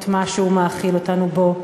את מה שהוא מאכיל אותנו בו,